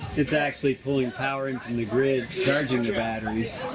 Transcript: it's actually pulling power in from the grid, charging the batteries.